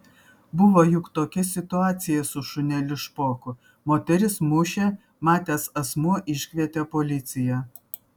buvo juk tokia situacija su šuneliu špoku moteris mušė matęs asmuo iškvietė policiją